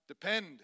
depend